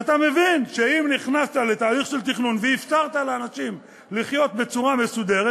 ואתה מבין שאם נכנסת לתהליך של תכנון ואפשרת לאנשים לחיות בצורה מסודרת,